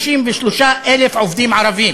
263,000 עובדים ערבים,